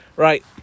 right